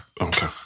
Okay